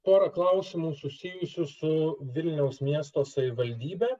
pora klausimų susijusių su vilniaus miesto savivaldybe